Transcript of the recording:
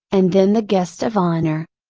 and then the guest of honor.